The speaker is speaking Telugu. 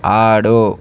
ఆడు